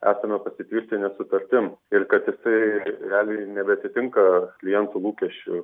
esame pasitvirtinę sutartim ir kad tai realiai nebeatitinka klientų lūkesčių